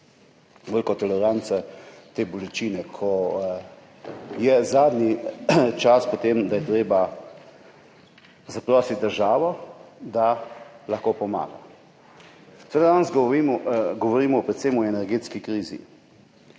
veliko toleranco do te bolečine, [prosijo], ko je zadnji čas, da je treba zaprositi državo, da lahko pomaga. Seveda danes govorimo predvsem o energetski krizi.